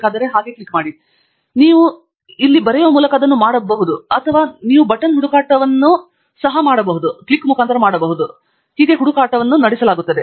ಒಮ್ಮೆ ನೀವು ಇಲ್ಲಿ ಬರೆಯುವ ಮೂಲಕ ಮಾಡಲಾಗುತ್ತದೆ ನಂತರ ನೀವು ಬಟನ್ ಹುಡುಕಾಟವನ್ನು ಕ್ಲಿಕ್ ಮಾಡಬಹುದು ಮತ್ತು ನಂತರ ಹುಡುಕಾಟವನ್ನು ನಡೆಸಲಾಗುತ್ತದೆ